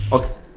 okay